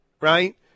right